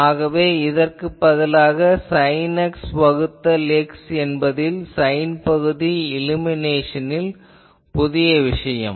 ஆகவே இதற்குப் பதிலாக சைன் X வகுத்தல் X என்பதில் சைன் பகுதி இல்லுமினேஷனில் புதிய விஷயம்